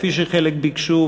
כפי שחלק ביקשו,